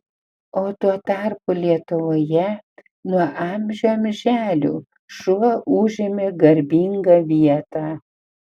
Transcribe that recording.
o tuo tarpu lietuvoje nuo amžių amželių šuo užėmė garbingą vietą